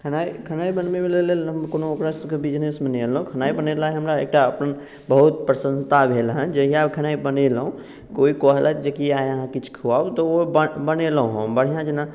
खेनाइ खेनाइ बनबैके लेल हम ओकरा सबकेँ बिजनेसमे नहि अनलहुॅं खेनाइ बनेला हमरा एकटा अपन बहुत प्रसन्नता भेल हँ जहिया खेनाइ बनेलहुॅं कोइ कहलथि जे कि आइ अहाँ किछु खुआउ तऽ ओ बनेलहुॅं हँ बढ़िऑं जेना